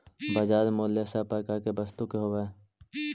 बाजार मूल्य सब प्रकार के वस्तु के होवऽ हइ